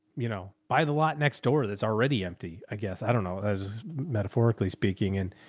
you know, buy the lot next door. that's already empty, i guess. i dunno as metaphorically speaking and,